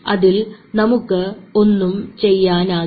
അതിൽ നമുക്ക് ഒന്നും ചെയ്യാനാകില്ല